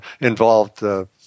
involved –